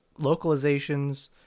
localizations